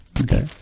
Okay